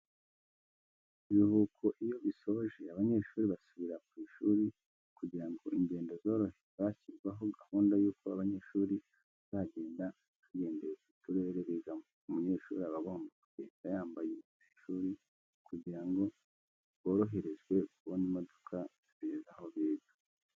Ibiruhuko iyo bisoje abanyeshuri basubira ku ishuri, kugira ngo ingendo zorohe hashyirwaho gahunda y'uko abanyeshuri bazagenda hagendewe ku turere bigamo, umunyeshuri aba agomba kugenda yambaye imyenda y'ishuri kugira ngo boroherezwe kubona imodoka zibageza aho biga.